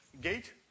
gate